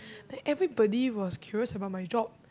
then everybody was curious about my job